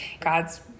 God's